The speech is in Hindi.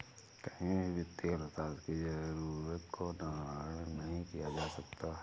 कहीं भी वित्तीय अर्थशास्त्र की जरूरत को नगण्य नहीं किया जा सकता है